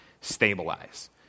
stabilize